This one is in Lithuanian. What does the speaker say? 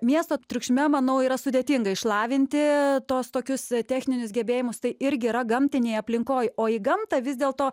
miesto triukšme manau yra sudėtinga išlavinti tuos tokius techninius gebėjimus tai irgi yra gamtinėje aplinkoj o į gamtą vis dėl to